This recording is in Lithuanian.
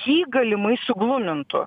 jį galimai suglumintų